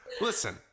Listen